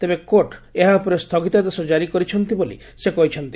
ତେବେ କୋର୍ଟ ଏହା ଉପରେ ସ୍ଥଗିତାଦେଶ ଜାରି କରିଛନ୍ତି ବୋଲି ସେ କହିଛନ୍ତି